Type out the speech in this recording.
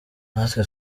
natwe